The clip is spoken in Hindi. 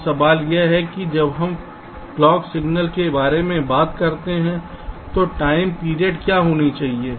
अब सवाल यह है कि जब हम क्लॉक सिगनल के बारे में बात करते हैं तो टाइम पीरियड क्या होनी चाहिए